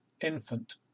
infant